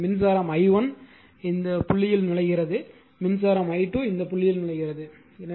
எனவே இது மின்சாரம் i1 புள்ளியில் நுழைகிறது மின்சாரம் i2 புள்ளியில் நுழைகிறது